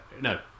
No